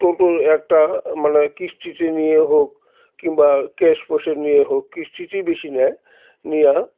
টোটোর একটা মানে কিস্তিতে নিয়ে হোক কিংবা ক্যাশ পয়সায় নিয়ে হোক কিস্তিতেই বেশি নেয় নিয়ে